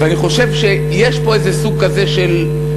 ואני חושב שיש פה איזה סוג כזה של משחק,